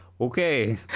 Okay